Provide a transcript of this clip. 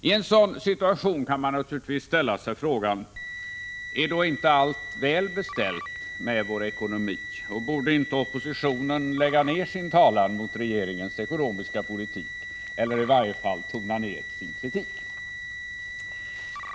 Ien sådan situation kan man naturligtvis ställa sig frågan: Är då inte allt väl beställt med vår ekonomi, och borde inte oppositionen lägga ner sin talan mot regeringens ekonomiska politik eller i varje fall tona ner sin kritik?